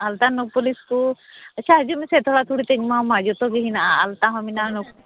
ᱟᱞᱛᱟ ᱱᱚᱠ ᱯᱟᱹᱞᱤᱥ ᱠᱚ ᱟᱪᱷᱟ ᱦᱤᱡᱩᱜ ᱢᱮᱥᱮ ᱛᱷᱚᱲᱟ ᱛᱷᱚᱲᱤᱛᱤᱧ ᱮᱢᱟᱣᱟᱢᱟ ᱡᱚᱛᱚ ᱜᱮ ᱦᱮᱱᱟᱜᱼᱟ ᱟᱞᱛᱟ ᱦᱚᱸ ᱢᱮᱱᱟᱜᱼᱟ ᱱᱚᱠ